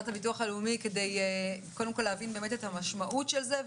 הלאומי כדי להבין את המשמעות של זה,